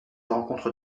rencontre